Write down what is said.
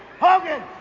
Hogan